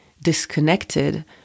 disconnected